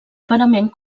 parament